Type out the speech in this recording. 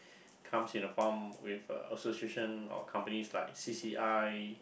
comes in a form with a association or companies like C C I